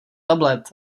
tablet